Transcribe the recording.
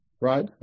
right